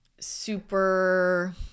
super